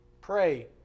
Pray